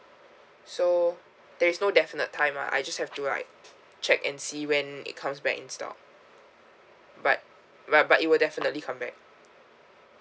so there is no definite time lah I just have to like check and see when it comes back in stock but but but it will definitely come back